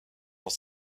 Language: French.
dans